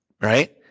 right